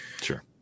Sure